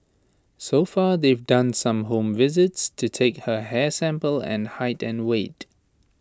so far they've done some home visits to take her hair sample and height and weight